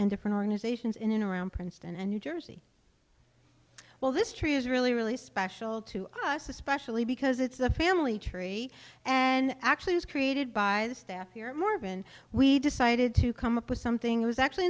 and different organizations in and around princeton and you jersey well this tree is really really special to us especially because it's the family tree and actually was created by the staff here morgan we decided to come up with something was actually